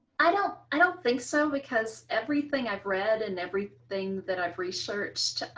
i don't, i don't think so, because everything i've read and everything that i've researched.